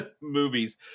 movies